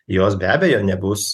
jos be abejo nebus